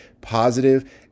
positive